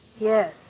Yes